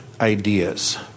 ideas